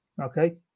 Okay